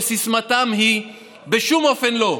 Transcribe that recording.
שסיסמתן היא 'בשום אופן לא',